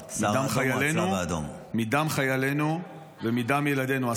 מדם חיילינו ומדם ילדינו.